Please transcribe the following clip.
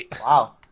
Wow